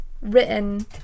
written